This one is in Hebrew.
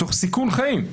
תוך סיכון חיים,